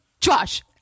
Josh